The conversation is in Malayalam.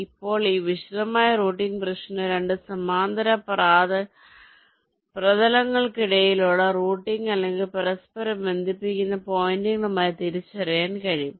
ഇപ്പോൾ ഈ വിശദമായ റൂട്ടിംഗ് പ്രശ്നം 2 സമാന്തര പ്രതലങ്ങൾക്കിടയിലുള്ള റൂട്ടിംഗ് അല്ലെങ്കിൽ പരസ്പരം ബന്ധിപ്പിക്കുന്ന പോയിന്റുകളായി തിരിച്ചറിയാൻ കഴിയും